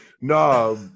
no